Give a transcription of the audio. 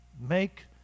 Make